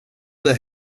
det